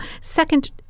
Second